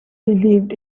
believe